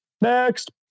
Next